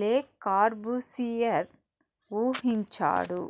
లే కార్బూసియర్ ఊహించాడు